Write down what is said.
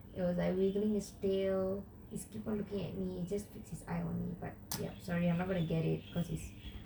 it was like wiggling its tail it keep on looking at me it just fix its eye on me but sorry I'm not going to get it because it's